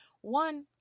One